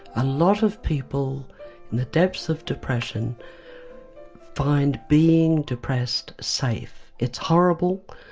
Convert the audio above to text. a lot of people in the depths of depression find being depressed safe. it's horrible,